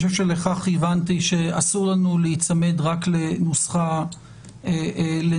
אני חושב שלכך כיוונתי שאסור לנו להיצמד רק לנוסחה אחת.